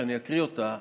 שאני אקריא אותה,